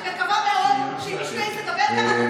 אני מקווה מאוד שאם מישהו יגיד דבר כזה,